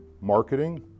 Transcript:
marketing